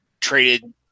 traded